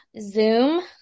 Zoom